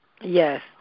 Yes